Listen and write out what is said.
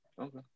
Okay